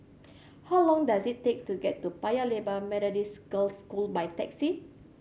how long does it take to get to Paya Lebar Methodist Girls' School by taxi